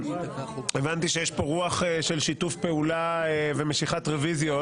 הבנתי שיש כאן רוח של שיתוף פעולה ומשיכת רוויזיות.